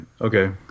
okay